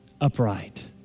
upright